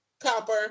Copper